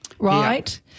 Right